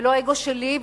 ולא האגו שלי,